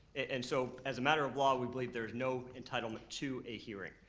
and so, as a matter of law, we believe there's no entitlement to a hearing.